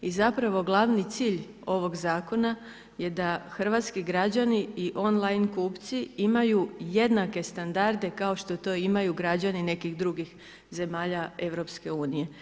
I zapravo glavni cilj ovog zakona je da hrvatski građani i on-line kupci imaju jednake standarde kao što to imaju građani nekih drugih zemalja EU.